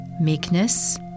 meekness